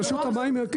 זה תקוע ברשות של המים?